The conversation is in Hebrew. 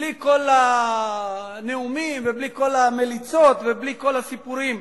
בלי כל הנאומים ובלי כל המליצות ובלי כל הסיפורים.